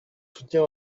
soutenir